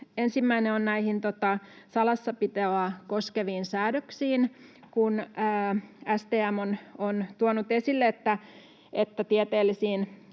Ensimmäinen on näihin salassapitoa koskeviin säädöksiin, kun STM on tuonut esille, että tieteellisiin